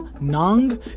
Nang